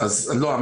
לא.